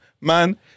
Man